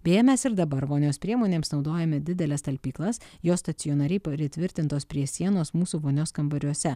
beje mes ir dabar vonios priemonėms naudojame dideles talpyklas jos stacionariai pritvirtintos prie sienos mūsų vonios kambariuose